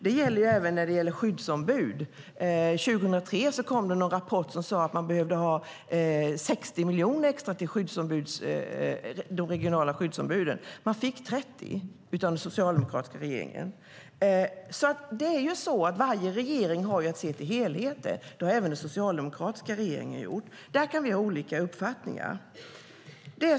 Det gäller även skyddsombud - 2003 kom det någon rapport som sade att man behövde 60 miljoner extra till de regionala skyddsombuden, och man fick 30 av den socialdemokratiska regeringen. Varje regering har att se till helheter, och det har även den socialdemokratiska regeringen gjort. Där kan vi ha olika uppfattningar.